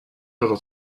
little